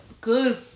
good